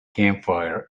campfire